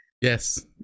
Yes